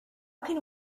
can